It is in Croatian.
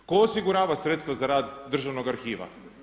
Tko osigurava sredstva za rad Državnog arhiva?